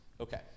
Okay